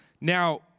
Now